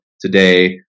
today